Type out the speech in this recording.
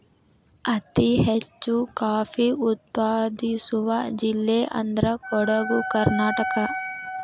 ಅತಿ ಹೆಚ್ಚು ಕಾಫಿ ಉತ್ಪಾದಿಸುವ ಜಿಲ್ಲೆ ಅಂದ್ರ ಕೊಡುಗು ಕರ್ನಾಟಕ